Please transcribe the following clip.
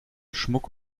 schmuck